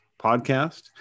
podcast